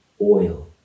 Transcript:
oil